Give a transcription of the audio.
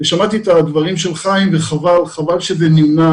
שמעתי את הדברים של חיים וחבל שזה נמנע